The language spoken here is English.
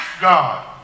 God